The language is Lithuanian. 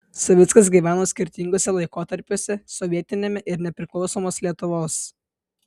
savickas gyveno skirtinguose laikotarpiuose sovietiniame ir nepriklausomos lietuvos